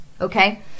okay